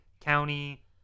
county